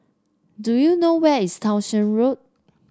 do you know where is Townshend Road